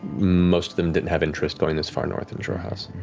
most of them didn't have interest going this far north of xhorhas.